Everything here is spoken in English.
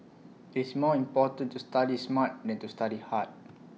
it's more important to study smart than to study hard